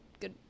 good